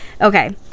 Okay